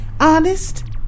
honest